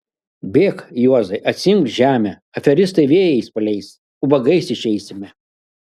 bėk juozai atsiimk žemę aferistai vėjais paleis ubagais išeisime